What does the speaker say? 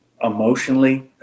emotionally